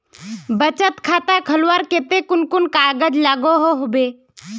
बचत खाता खोलवार केते कुन कुन कागज लागोहो होबे?